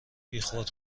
بیخود